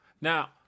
now